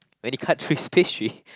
when he cut through his pastry